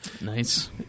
Nice